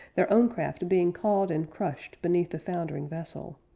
their own craft being caught and crushed beneath the foundering vessel.